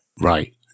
Right